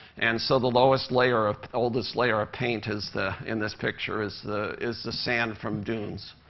and so the lowest layer of oldest layer of paint is the in this picture, is the is the sand from dunes.